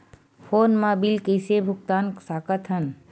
Phone मा bill कइसे भुक्तान साकत हन?